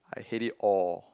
I hate it all